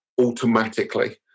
automatically